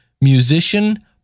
musician